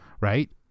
right